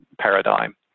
paradigm